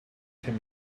can